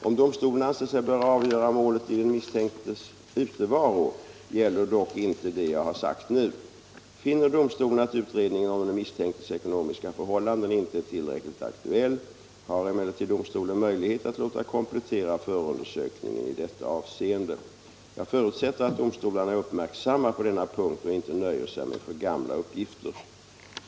Om domstolen anser sig böra avgöra målet i den misstänktes utevaro, gäller dock inte det jag har sagt nu. Finner domstolen att utredningen om den misstänktes ekonomiska förhållanden inte är tillräckligt aktuell, har emellertid domstolen möjlighet att låta kom plettera förundersökningen i detta avseende. Jag förutsätter att domstolarna är uppmärksamma på denna punkt och inte nöjer sig med för gamla uppgifter.